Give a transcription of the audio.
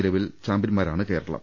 നിലവിൽ ചാമ്പ്യൻമാരാണ് കേരളം